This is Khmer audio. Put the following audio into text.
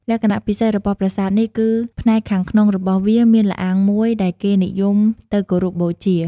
លក្ខណៈពិសេសរបស់ប្រាសាទនេះ គឺផ្នែកខាងក្នុងរបស់វាមានល្អាងមួយដែលគេនិយមទៅគោរពបូជា។